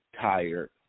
tired